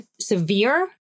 severe